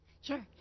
Sure